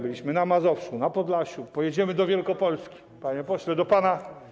Byliśmy na Mazowszu, Podlasiu, pojedziemy do Wielkopolski, panie pośle, do pana.